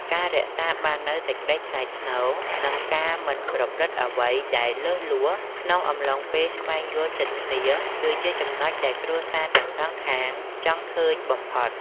ការរក្សាបាននូវសេចក្ដីថ្លៃថ្នូរ និងការមិនប្រព្រឹត្តអ្វីដែលលើសលួសក្នុងកំឡុងពេលស្វែងយល់ចិត្តគ្នា គឺជាចំណុចដែលគ្រួសារទាំងសងខាងចង់ឃើញបំផុត។